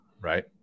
Right